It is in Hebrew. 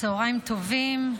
היושב-ראש,